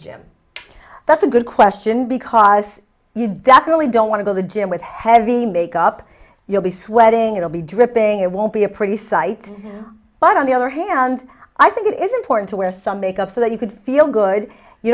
gym that's a good question because you definitely don't want to go the gym with heavy makeup you'll be sweating it'll be dripping it won't be a pretty sight but on the other hand i think it is important to wear some makeup so that you could feel good you